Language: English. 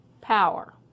power